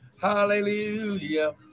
Hallelujah